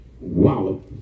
Wallow